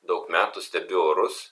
daug metų stebiu orus